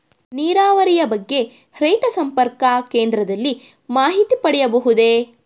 ನೀರಾವರಿಯ ಬಗ್ಗೆ ರೈತ ಸಂಪರ್ಕ ಕೇಂದ್ರದಲ್ಲಿ ಮಾಹಿತಿ ಪಡೆಯಬಹುದೇ?